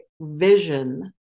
vision